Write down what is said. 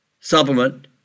supplement